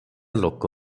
ଲୋକ